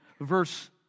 verse